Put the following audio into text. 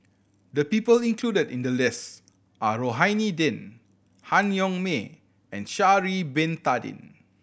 the people included in the list are Rohani Din Han Yong May and Sha'ari Bin Tadin